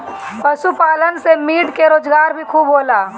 पशुपालन से मीट के रोजगार भी खूब होता